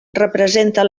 representa